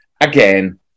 Again